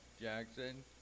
Jackson